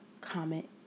comment